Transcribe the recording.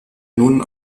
nun